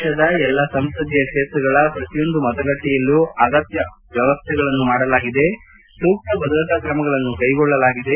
ದೇಶದ ಎಲ್ಲಾ ಸಂಸದೀಯ ಕ್ಷೇತ್ರಗಳ ಪ್ರತಿಯೊಂದು ಮತಗಟ್ಟೆಯಲ್ಲೂ ಅಗತ್ಯ ವ್ಯವಸ್ಥೆಗಳನ್ನು ಮಾಡಲಾಗಿದೆ ಸೂಕ್ತ ಭದ್ರತಾ ತ್ರಮಗಳನ್ನು ಕೈಗೊಳ್ಳಲಾಗಿದೆ